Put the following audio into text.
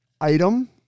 item